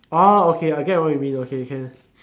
ah okay I get what you mean okay can